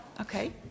Okay